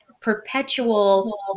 perpetual